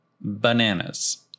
bananas